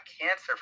cancer